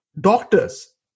Doctors